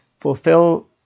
fulfill